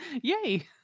yay